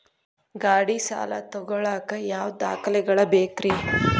ಗಾಡಿ ಸಾಲ ತಗೋಳಾಕ ಯಾವ ದಾಖಲೆಗಳ ಬೇಕ್ರಿ?